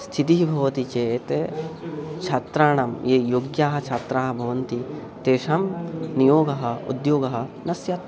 स्थितिः भवति चेत् छात्राणां ये योग्याः छात्राः भवन्ति तेषां नियोगः उद्योगः न स्यात्